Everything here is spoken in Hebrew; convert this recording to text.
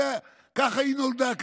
ככה היא נולדה,